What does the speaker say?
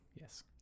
Yes